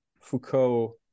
Foucault